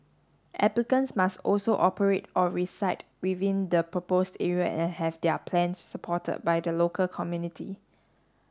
applicants must also operate or reside within the proposed area and have their plans supported by the local community